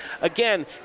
again